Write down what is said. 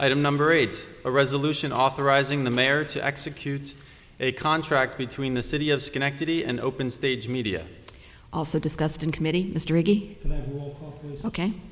item number eight a resolution authorizing the mayor to execute a contract between the city of schenectady and open stage media also discussed in committee